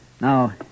Now